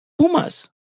Pumas